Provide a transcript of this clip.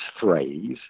phrase